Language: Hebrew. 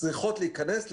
צריכות להיכנס,